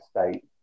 State